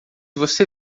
você